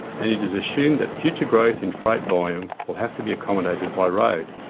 and it is assumed that future growth in freight volume will have to be accommodated by road.